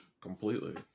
completely